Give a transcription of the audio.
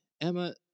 emma